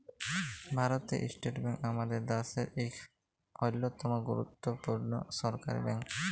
ভারতীয় state bank আমাদের দ্যাশের ইক অল্যতম গুরুত্তপুর্ল সরকারি ব্যাংক